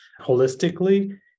holistically